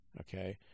okay